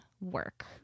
work